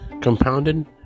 compounded